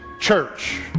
church